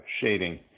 shading